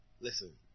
listen